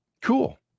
Cool